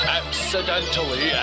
accidentally